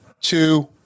two